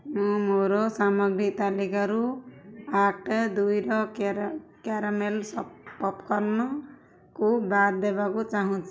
ମୁଁ ମୋର ସାମଗ୍ରୀ ତାଲିକାରୁ ଦୁଇର କ୍ୟାରାମେଲ୍ ପପ୍କର୍ଣ୍ଣକୁ ବାଦ୍ ଦେବାକୁ ଚାହୁଁଛି